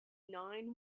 nine